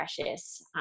precious